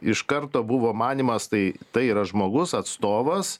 iš karto buvo manymas tai tai yra žmogus atstovas